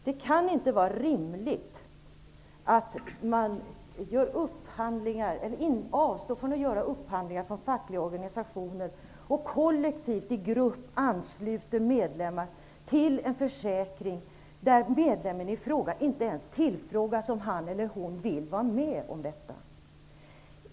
Det kan inte vara rimligt att fackliga organisationer avstår från att göra upphandling och kollektivt ansluter medlemmar till en försäkring, och att medlemmarna i fråga inte ens tillfrågas om de vill vara med.